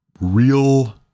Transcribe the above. real